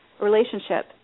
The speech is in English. relationship